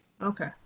Okay